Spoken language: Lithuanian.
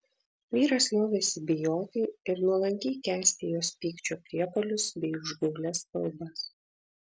vyras liovėsi bijoti ir nuolankiai kęsti jos pykčio priepuolius bei užgaulias kalbas